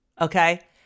Okay